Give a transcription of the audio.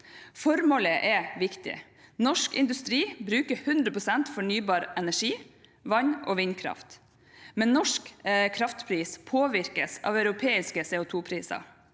Formålet er viktig: Norsk industri bruker 100 pst. fornybar energi, vann og vindkraft, men norsk kraftpris påvirkes av europeiske CO2-priser.